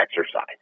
exercise